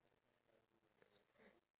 but next time